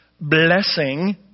blessing